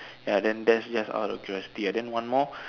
ya then that's just out of curiosity ah then one more